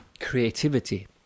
creativity